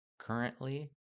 Currently